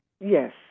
Yes